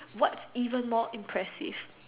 what's even more impressive